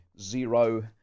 zero